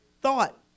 thought